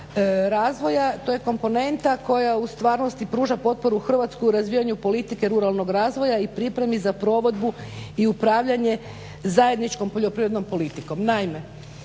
razvoja. To je komponenta koja u stvarnost pruža potporu Hrvatskoj u razvijanju politike ruralnog razvoja i pripremi za provedbu i upravljanje zajedničkom poljoprivrednom politikom.